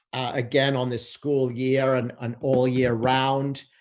again on this school year and on all year round,